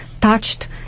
touched